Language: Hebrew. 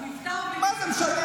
הוא נפטר, מה זה משנה?